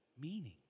meaning